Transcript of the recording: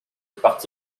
parti